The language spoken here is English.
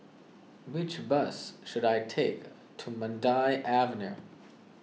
which bus should I take to Mandai Avenue